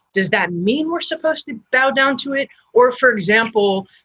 does that mean we're supposed to bow down to it? or, for example,